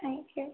thank you